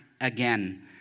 again